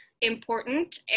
important